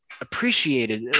appreciated